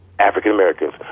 African-Americans